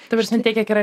ta prasme tiek kiek yra